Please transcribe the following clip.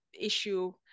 issue